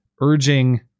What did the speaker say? urging